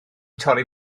torri